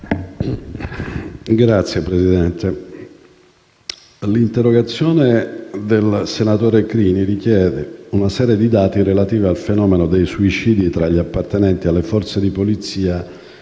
all'ordine del giorno il senatore Crimi richiede una serie di dati relativi al fenomeno dei suicidi tra gli appartenenti alle Forze di polizia